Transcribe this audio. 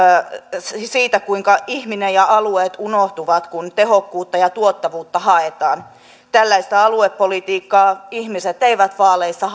siitä kuinka ihminen ja alueet unohtuvat kun tehokkuutta ja tuottavuutta haetaan tällaista aluepolitiikkaa ihmiset eivät vaaleissa